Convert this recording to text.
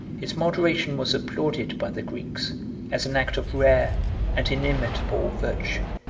his moderation was applauded by the greeks as an act of rare and inimitable virtue.